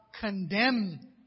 condemn